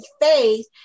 faith